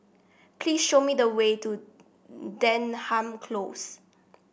please show me the way to Denham Close